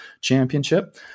championship